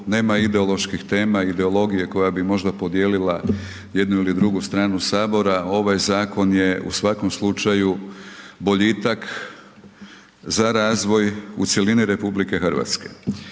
nema ideoloških tema, ideologije koja bi možda podijelila jednu ili drugu stranu Sabora, ovaj zakon je u svakom slučaju boljitak za razvoj u cjelini RH.